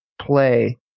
play